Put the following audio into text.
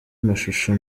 mashusho